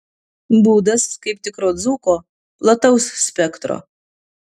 būdas kaip tikro dzūko plataus spektro